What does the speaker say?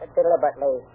deliberately